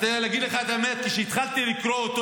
אגיד לך את האמת, כשהתחלתי לקרוא אותו